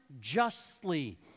justly